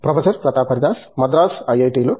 professor Pratap Haridas Madras IIT లో